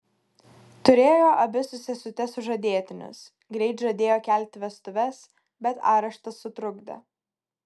turėjo abi su sesute sužadėtinius greit žadėjo kelti vestuves bet areštas sutrukdė